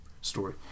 story